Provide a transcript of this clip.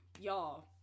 y'all